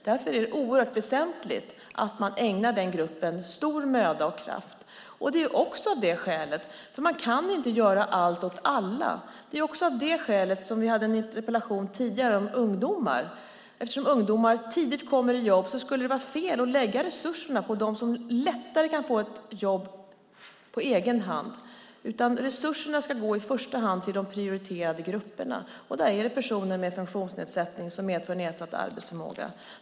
Därför är det väsentligt att man ägnar denna grupp stor möda och kraft. Detta är viktigt också av skälet att man inte kan göra allt åt alla. Det är också av detta skäl som vi hade en interpellationsdebatt tidigare om ungdomar. Eftersom ungdomar tidigt kommer i jobb skulle det vara fel att lägga resurserna på dem som lättare kan få ett jobb på egen hand. Resurserna ska i första hand gå till de prioriterade grupperna. Det är personer med funktionsnedsättning som medför nedsatt arbetsförmåga.